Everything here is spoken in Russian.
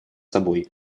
собой